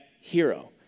hero